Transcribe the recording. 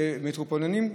מטרופוליניים,